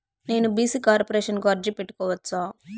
నేను BC corporation కు అర్జీ పెట్టుకోవచ్చా?